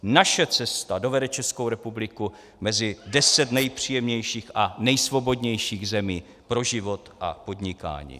Naše cesta dovede Českou republiku mezi deset nejpříjemnějších a nejsvobodnějších zemí pro život a podnikání.